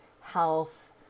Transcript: health